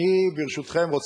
ברשותכם,